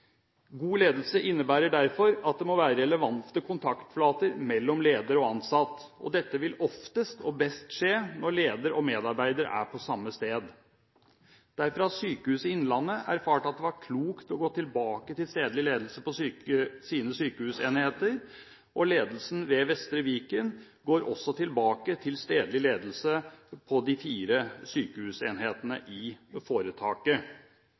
God ledelse innebærer derfor at det må være relevante kontaktflater mellom leder og ansatt. Dette vil oftest og best skje når leder og medarbeider er på samme sted. Derfor har Sykehuset Innlandet erfart at det var klokt å gå tilbake til stedlig ledelse på sine sykehusenheter, og ledelsen ved Vestre Viken går også tilbake til stedlig ledelse når det gjelder de fire sykehusenhetene i foretaket.